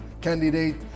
candidate